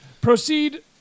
Proceed